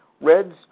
Reds